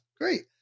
great